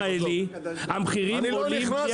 המחירים עולים בלי הפסקה.